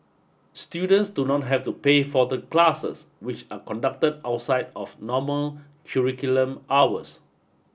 students do not have to pay for the classes which are conducted outside of normal curriculum hours